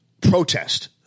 protest